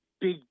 big